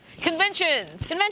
Conventions